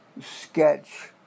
sketch